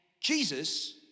Jesus